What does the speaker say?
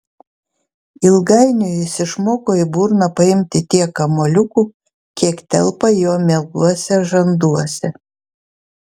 ilgainiui jis išmoko į burną paimti tiek kamuoliukų kiek telpa jo mieluose žanduose